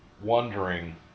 wondering